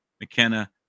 mckenna